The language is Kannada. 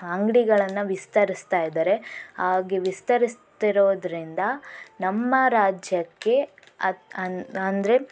ಅಂಗಡಿಗಳನ್ನು ವಿಸ್ತರಿಸ್ತಾಯಿದ್ದಾರೆ ಹಾಗೆ ವಿಸ್ತರಿಸ್ತಿರೋದ್ರಿಂದ ನಮ್ಮ ರಾಜ್ಯಕ್ಕೆ ಅಂದರೆ